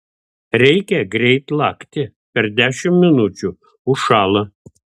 reikia greit lakti per dešimt minučių užšąla